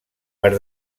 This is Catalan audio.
per